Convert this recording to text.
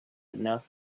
enough